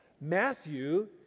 Matthew